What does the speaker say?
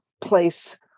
place